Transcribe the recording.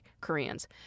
Koreans